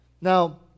Now